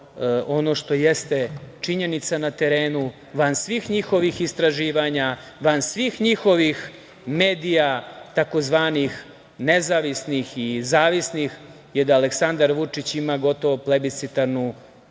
ono što jeste činjenica na terenu, van svih njihovih istraživanja, van svih njihovih medija tzv. nezavisnih i zavisnih je da Aleksandar Vučić ima gotovo plebiscitarnu